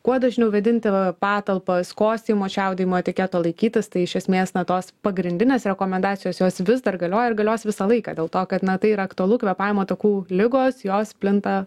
kuo dažniau vėdinti patalpas kosėjimo čiaudėjimo etiketo laikytis tai iš esmės na tos pagrindinės rekomendacijos jos vis dar galioja ir galios visą laiką dėl to kad na tai yra aktualu kvėpavimo takų ligos jos plinta